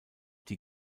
die